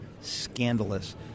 scandalous